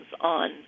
on